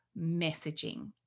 messaging